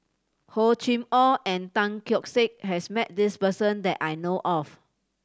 Hor Chim Or and Tan Keong Saik has met this person that I know of